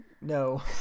No